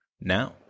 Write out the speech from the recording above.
Now